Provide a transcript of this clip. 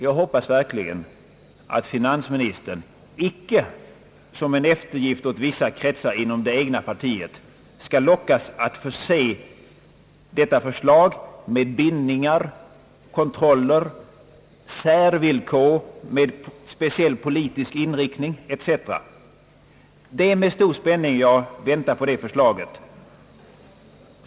Jag hoppas verkligen att finansministern icke som en eftergift åt vissa kretsar inom det egna partiet skall lockas att förse detta förslag med bindningar, kontroller, särvillkor med speciell politisk inriktning etc. Det är med stor spänning jag väntar på det förslaget.